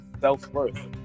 self-worth